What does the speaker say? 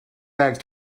bags